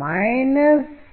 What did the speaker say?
మన మనస్సులను చాలా శక్తివంతంగా మార్చగలవు మరియు ఆసక్తికరంగా మీరు వివిధ సినిమాలలో ప్రత్యేకించి చాలా సినిమాల్లో క్రెడిట్లను చూస్తున్నప్పుడు ప్రారంభ క్రెడిట్లలో మీరు యానిమేషన్లు ఉపయోగించినట్లు చూడొచ్చు మరియు అవి ఒక విధమైన ఎక్సైటెమెంట్ ను కమ్యూనికేట్ చేయగలవు